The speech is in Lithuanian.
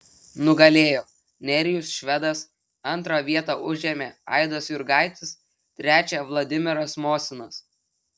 nugalėjo nerijus švedas antrą vietą užėmė aidas jurgaitis trečią vladimiras mosinas